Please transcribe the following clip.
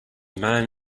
man